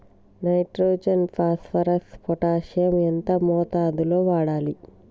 Nitrogen phosphorus potassium ఎంత మోతాదు లో వాడాలి?